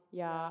ja